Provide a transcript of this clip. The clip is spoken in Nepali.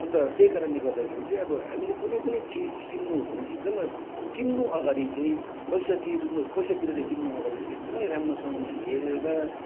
अन्त त्यही कारणले गर्दाखेरि चाहिँ अब हामीले कुनै पनि चिज किन्न भनेपछि एकदम किन्न अगाडि चाहिँ पैसा तिरेर पैसा तिरेर किन्न अगाडि चाहिँ एकदमै राम्रोसँगले हेरेर